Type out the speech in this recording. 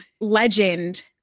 legend